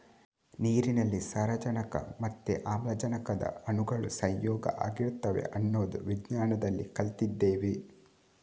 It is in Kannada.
ನೀರಿನಲ್ಲಿ ಸಾರಜನಕ ಮತ್ತೆ ಆಮ್ಲಜನಕದ ಅಣುಗಳು ಸಂಯೋಗ ಆಗಿರ್ತವೆ ಅನ್ನೋದು ವಿಜ್ಞಾನದಲ್ಲಿ ಕಲ್ತಿದ್ದೇವೆ